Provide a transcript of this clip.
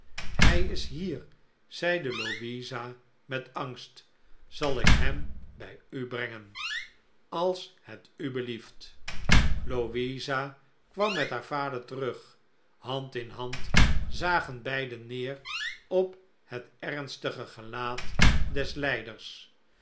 hij is hier zeide louisa met angst zal ik hem bij u brengen als het u belieft louisa kwam met haar vader terug hand in hand zagen beiden neer op het ernstige gelaat des ln'ders